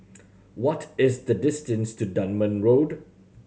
what is the distance to Dunman Road